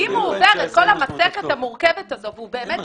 אם הוא עובר את כל המסכת המורכבת הזאת והוא באמת